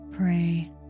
Pray